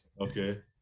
Okay